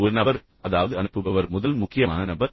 ஒரு நபர் அதாவது அனுப்புபவர் முதல் முக்கியமான நபர்